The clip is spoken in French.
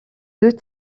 deux